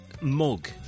mug